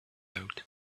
out